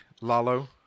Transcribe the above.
Lalo